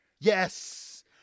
Yes